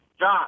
John